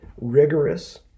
rigorous